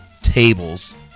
tables